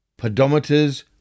Pedometers